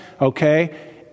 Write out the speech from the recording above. okay